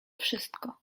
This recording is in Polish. wszystko